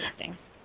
interesting